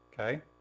Okay